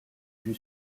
vue